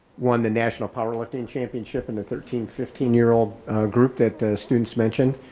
won the national powerlifting championship and the thirteen, fifteen year old group that the students mentioned.